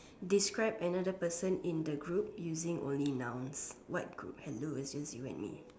describe another person in the group using only nouns what group hello it's just you and me